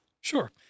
Sure